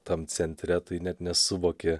tam centre tai net nesuvoki